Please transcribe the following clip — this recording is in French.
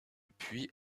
puits